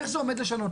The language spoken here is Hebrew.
איך זה הולך לשנות.